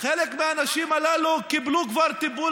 חלק מהנשים הללו כבר קיבלו טיפול